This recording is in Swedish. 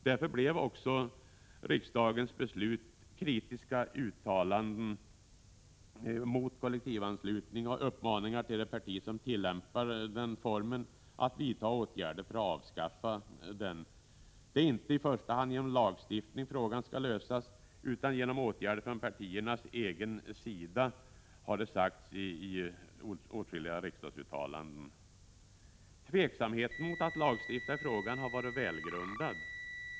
Därför blev också riksdagens beslut kritiska uttalanden mot kollektivanslutningen och uppmaningar till det parti som tillämpar den formen av anslutning att vidta åtgärder för att avskaffa den. Det är inte i första hand genom lagstiftning frågan skall lösas utan genom åtgärder från partiernas egen sida, har det sagts i åtskilliga riksdagsuttalanden. Tveksamheten mot att lagstifta i frågan har varit välgrundad.